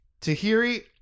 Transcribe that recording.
Tahiri